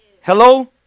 Hello